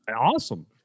Awesome